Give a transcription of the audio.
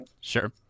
Sure